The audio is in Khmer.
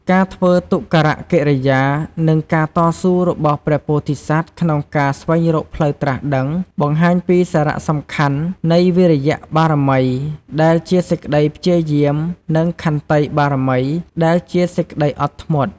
ការធ្វើទុក្ករកិរិយា និងការតស៊ូរបស់ព្រះពោធិសត្វក្នុងការស្វែងរកផ្លូវត្រាស់ដឹង បង្ហាញពីសារៈសំខាន់នៃវីរិយបារមី ដែលជា សេចក្តីព្យាយាម និងខន្តីបារមី ដែលជាសេចក្តីអត់ធ្មត់។